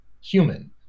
human